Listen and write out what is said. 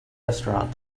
restaurant